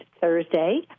Thursday